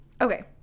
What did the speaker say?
Okay